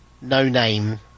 no-name